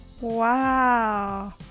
Wow